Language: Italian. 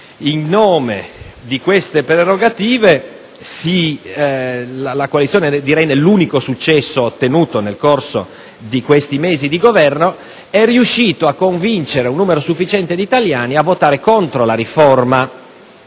In nome di tali prerogative, la coalizione, nell'unico successo ottenuto nel corso di questi mesi di Governo, è riuscita a convincere un numero sufficiente di italiani a votare contro la riforma